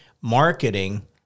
marketing